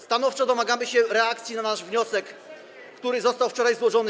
Stanowczo domagamy się reakcji na nasz wniosek, który został wczoraj złożony.